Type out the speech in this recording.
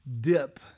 Dip